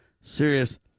serious